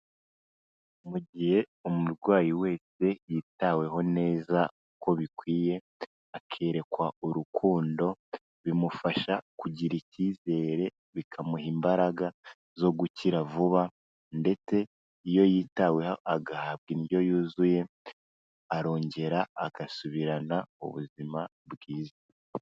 Mu gihe umurwayi wese yitaweho neza uko bikwiye akerekwa urukundo bimufasha kugira icyizere bikamuha imbaraga zo gukira vuba ndetse iyo yitaweho agahabwa indyo yuzuye arongera agasubirana ubuzima bwiza.